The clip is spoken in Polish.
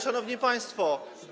Szanowni Państwo!